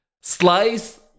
slice